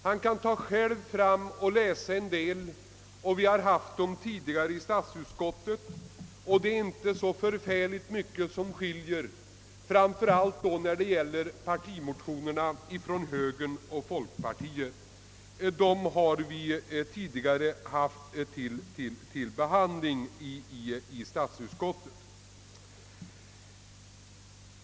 Han skall själv finna detta om han läser igenom dem, och vi har tidigare haft dem uppe till behandling inom avdelningen. Det är inte så särskilt mycket nytt som kommit fram, framför allt inte i partimotionerna från högern och folkpartiet.